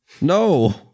No